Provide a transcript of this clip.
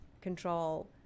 control